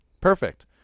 Perfect